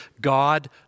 God